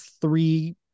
three